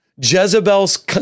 Jezebel's